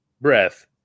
breath